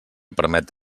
permet